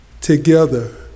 together